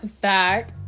back